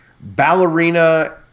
ballerina